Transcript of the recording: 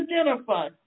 identify